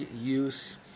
use